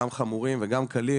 גם חמורים וגם קלים,